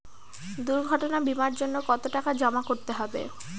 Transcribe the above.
দুর্ঘটনা বিমার জন্য কত টাকা জমা করতে হবে?